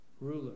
ruler